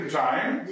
time